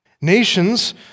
Nations